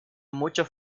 muchos